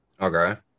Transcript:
Okay